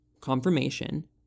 Confirmation